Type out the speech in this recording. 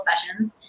sessions